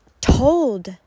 told